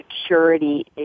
security